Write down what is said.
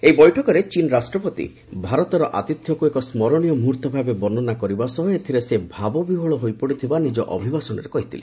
ଏହି ବୈଠକରେ ଚୀନ୍ ରାଷ୍ଟ୍ରପତି ଭାରତର ଆତିଥ୍ୟକୁ ଏକ ସ୍କରଣୀୟ ମୁହର୍ତ୍ତ ଭାବେ ବର୍ଣ୍ଣନା କରିବା ସହ ଏଥିରେ ସେ ଭାବବିହ୍ବଳ ହୋଇପଡ଼ିଥିବା ନିଜ ଅଭିଭାଷଣରେ କହିଥିଲେ